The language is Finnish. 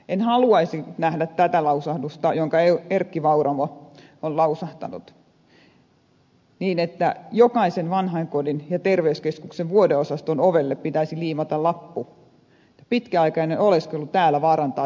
en haluaisi nähdä tätä lausahdusta jonka erkki vauramo on lausahtanut että jokaisen vanhainkodin ja terveyskeskuksen vuodeosaston ovelle pitäisi liimata lappu pitkäaikainen oleskelu täällä vaarantaa terveytesi